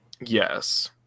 Yes